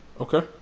Okay